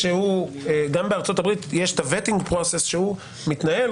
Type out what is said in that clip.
- גם בארצות הברית יש את ה-ווטינג פרוסס שהוא מתנהל,